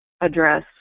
address